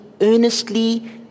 earnestly